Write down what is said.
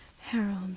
Harold